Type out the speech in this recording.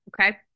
okay